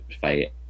fight